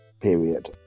period